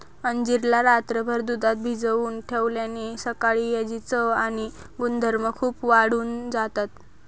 अंजीर ला रात्रभर दुधात भिजवून ठेवल्याने सकाळी याची चव आणि गुणधर्म खूप वाढून जातात